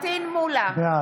בעד.